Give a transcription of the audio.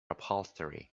upholstery